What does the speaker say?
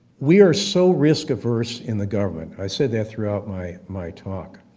we are so risk averse in the government, i said that throughout my my talk.